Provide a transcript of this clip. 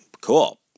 cool